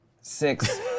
Six